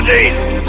Jesus